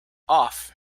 off